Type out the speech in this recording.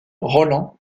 roland